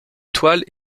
toiles